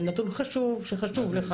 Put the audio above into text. זה נתון שחשוב לך.